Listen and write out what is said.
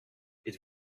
êtes